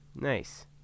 Nice